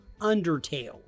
Undertale